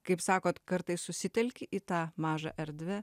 kaip sakot kartais susitelki į tą mažą erdvę